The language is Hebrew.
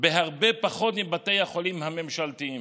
הרבה פחות מבתי החולים הממשלתיים,